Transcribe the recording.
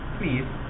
Please